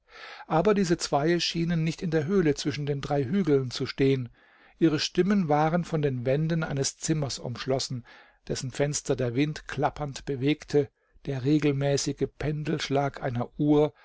aber diese zweie schienen nicht in der höhle zwischen den drei hügeln zu stehen ihre stimmen waren von den wänden eines zimmers umschlossen dessen fenster der wind klappernd bewegte der regelmäßige pendelschlag einer uhr